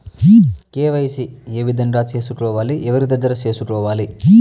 KYC ఏ విధంగా సేసుకోవాలి? ఎవరి దగ్గర సేసుకోవాలి?